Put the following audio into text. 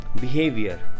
behavior